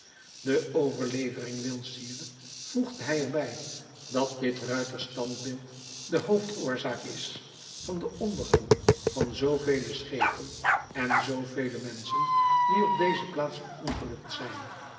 de overlevering wil sire voegde hij er bij dat dit ruiterstandbeeld de hoofdoorzaak is van den ondergang van zoo vele schepen en van zoo vele menschen die op deze plaats verongelukt zijn